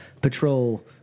patrol